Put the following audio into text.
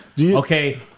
Okay